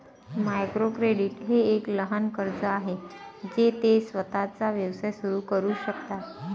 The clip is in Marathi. मायक्रो क्रेडिट हे एक लहान कर्ज आहे जे ते स्वतःचा व्यवसाय सुरू करू शकतात